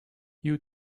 you